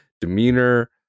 demeanor